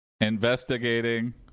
investigating